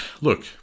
Look